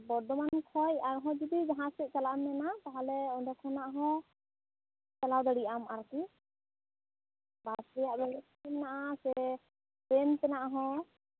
ᱵᱚᱨᱫᱷᱚᱢᱟᱱ ᱠᱷᱚᱡ ᱟᱨᱦᱚᱸ ᱡᱩᱫᱤ ᱡᱟᱦᱟᱸ ᱥᱮᱫ ᱪᱟᱞᱟᱜ ᱮᱢ ᱢᱮᱱᱟ ᱛᱟᱦᱚᱞᱮ ᱚᱱᱰᱮᱠᱷᱚᱱᱟᱜ ᱦᱚᱸ ᱪᱟᱞᱟᱣ ᱫᱟᱲᱮᱭᱟᱜᱼᱟᱢ ᱟᱨᱠᱤ ᱵᱟᱥ ᱨᱮᱭᱟᱜ ᱵᱮᱵᱚᱥᱛᱟ ᱢᱮᱱᱟᱜᱼᱟ ᱥᱮ ᱴᱨᱮᱱ ᱛᱮᱱᱟᱜ ᱦᱚᱸ